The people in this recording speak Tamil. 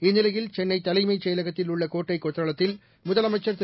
இந்நிலையில் சென்னை தலைமைச் செயலகத்தில் உள்ள கோட்டை கொத்தளத்தில் முதலமைச்சர் திரு